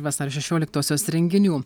vasario šešioliktosios renginių